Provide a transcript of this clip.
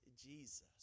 Jesus